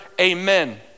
Amen